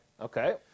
Okay